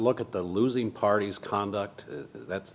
look at the losing parties conduct that's